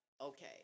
okay